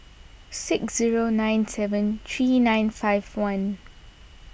six zero nine seven three nine five one